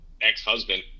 ex-husband